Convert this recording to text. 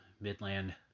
Midland